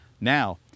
Now